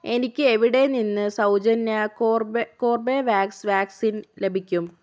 എനിക്ക് എവിടെ നിന്ന് സൗജന്യ കോർബേ കോർബെവാക്സ് വാക്സിൻ ലഭിക്കും